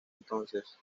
entonces